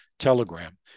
telegram